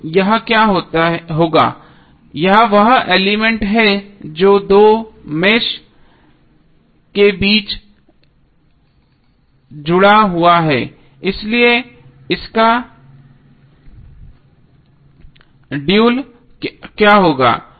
तो यहाँ क्या होगा यह वह एलिमेंट है जो दो मेष के बीच जुड़ा हुआ है इसलिए इसका ड्यूल क्या होगा